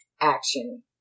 action